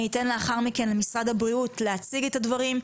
אני אתן לאחר מכן למשרד הבריאות להציג את הדברים,